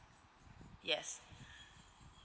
yes